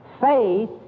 Faith